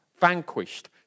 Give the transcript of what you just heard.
vanquished